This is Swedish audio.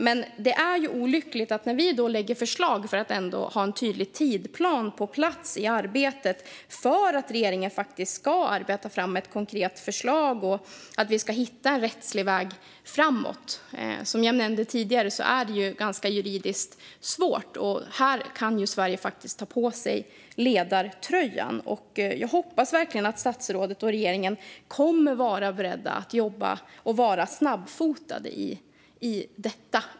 Men det blir olyckligt med detta när vi också lägger fram förslag för att få en tydlig tidsplan i arbetet och för att regeringen faktiskt ska arbeta fram ett konkret förslag och hitta en rättslig väg framåt. Som jag sa är det juridiskt ganska svårt. Här kan Sverige faktiskt ta på sig ledartröjan. Jag hoppas verkligen att statsrådet och regeringen kommer att vara beredda att jobba och vara snabbfotade i detta.